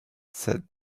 said